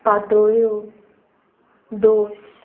पातोळ्यो दोस